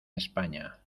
españa